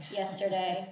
yesterday